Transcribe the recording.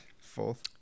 Fourth